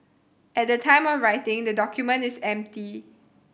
at the time of writing the document is empty